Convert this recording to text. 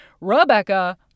Rebecca